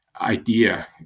idea